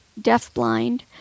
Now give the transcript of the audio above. deafblind